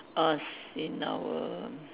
us in our